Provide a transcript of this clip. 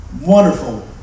Wonderful